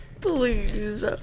Please